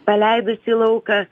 paleidus į lauką